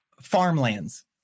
farmlands